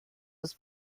was